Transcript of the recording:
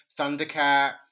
Thundercat